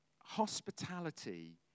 hospitality